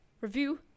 review